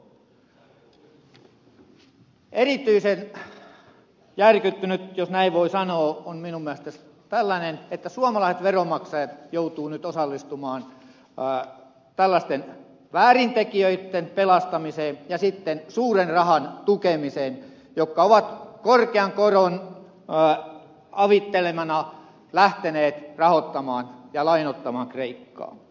erityisen järkyttävää jos näin voi sanoa on minun mielestäni tällainen että suomalaiset veronmaksajat joutuvat nyt osallistumaan tällaisten väärintekijöitten pelastamiseen ja sitten suuren rahan tukemiseen joka on korkean koron avittelemana lähtenyt rahoittamaan ja lainoittamaan kreikkaa